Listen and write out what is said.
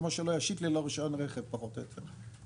כמו שלא יושיט ללא רישיון רכב פחות או יותר.